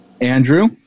Andrew